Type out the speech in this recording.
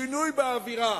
שינוי באווירה,